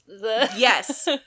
yes